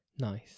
Nice